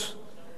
תמונות,